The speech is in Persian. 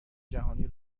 جهانی